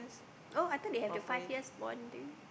oh I thought they have the five years bond thing